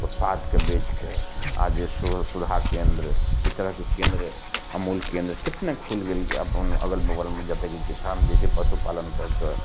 उत्पादके बेच कए आ जे सुधा केन्द्र ई तरहके केन्द्र अमूल केन्द्र कतेक खुलि गेल अपन अगल बगलमे जतऽ की किसान जे छै पशुपालन कऽ कए